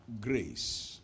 grace